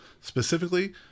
specifically